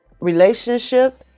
relationship